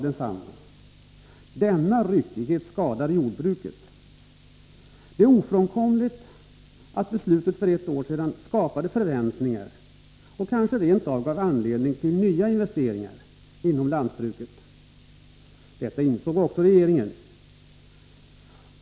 Denna ryckighet skadar jordbruket. Det är ofrånkomligt att beslutet för ett år sedan skapade förväntningar och kanske rent av gav anledning till nya investeringar inom lantbruket. Detta insåg också regeringen.